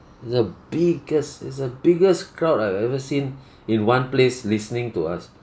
the biggest it's the biggest crowd I've ever seen in one place listening to us